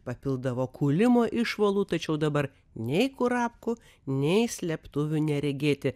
papildavo kūlimo išvalų tačiau dabar nei kurapkų nei slėptuvių neregėti